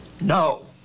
No